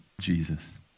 Jesus